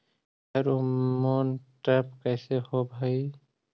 Pheromone trap कैसे होब हई?